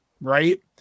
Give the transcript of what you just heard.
right